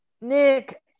Nick